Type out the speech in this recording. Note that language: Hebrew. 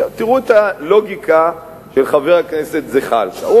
תראו את הלוגיקה של חבר הכנסת זחאלקה.